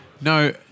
No